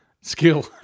skill